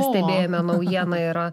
pastebėjome naujieną yra